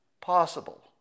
possible